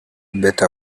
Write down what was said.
better